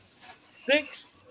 six